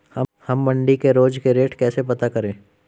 हम मंडी के रोज के रेट कैसे पता करें?